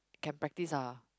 can practice ah